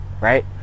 right